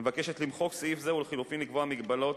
המבקשת למחוק סעיף זה ולחלופין לקבוע מגבלות